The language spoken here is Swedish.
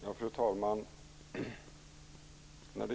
Fru talman!